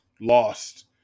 lost